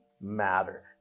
matter